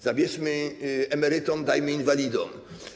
Zabierzmy emerytom, dajmy inwalidom.